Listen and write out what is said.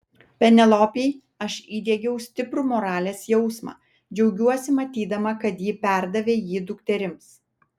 penelopei aš įdiegiau stiprų moralės jausmą džiaugiuosi matydama kad ji perdavė jį dukterims